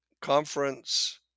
Conference